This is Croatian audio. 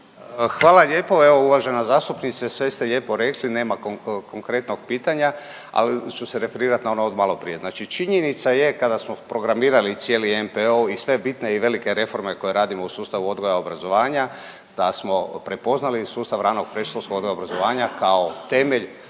Hvala lijepo, evo uvažena zastupnice sve ste lijepo rekli, nema konkretnog pitanja, al ću se referirat na ono od maloprije. Znači činjenica je kada smo programirali cijeli NPOO i sve bitne i velike reforme koje radimo u sustavu odgoja i obrazovanja da smo prepoznali sustav ranog i predškolskog odgoja i obrazovanja kao temelj